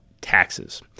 taxes